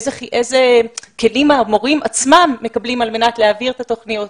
איזה כלים המורים עצמם מקבלים כדי להעביר את התוכניות?